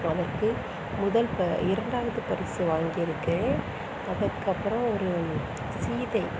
அதற்கு முதல் ப இரண்டாவது பரிசு வாங்கியிருக்கிறேன் அதற்கு அப்புறம் ஒரு சீதை